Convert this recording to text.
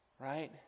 Right